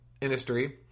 industry